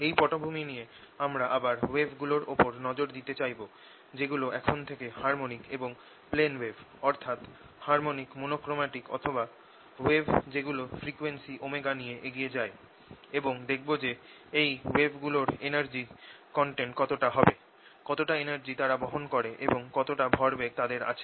এই পটভূমি নিয়ে আমরা আবার ওয়েভ গুলোর ওপর নজর দিতে চাইব যেগুল এখন থেকে হারমনিক এবং প্লেন ওয়েভ অর্থাৎ হারমনিক মনক্রমাটিক অথবা ওয়েভ যেগুলো ফ্রিকোয়েন্সি ω নিয়ে এগিয়ে যায় এবং দেখব যে এই ওয়েভ গুলোর এনার্জি কনটেন্ট কতটা হবে কতটা এনার্জি তারা বহন করে এবং কতটা ভরবেগ তাদের আছে